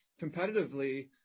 competitively